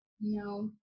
No